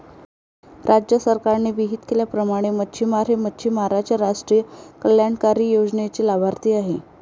राज्य सरकारने विहित केल्याप्रमाणे मच्छिमार हे मच्छिमारांच्या राष्ट्रीय कल्याणकारी योजनेचे लाभार्थी आहेत